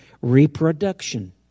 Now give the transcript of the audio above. reproduction